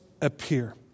appear